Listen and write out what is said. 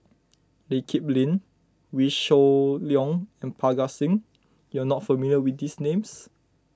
Lee Kip Lin Wee Shoo Leong and Parga Singh you are not familiar with these names